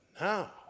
now